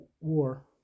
war